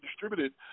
distributed